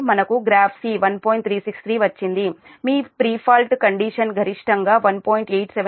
363 వచ్చింది మీ pre fault condition గరిష్టంగా 1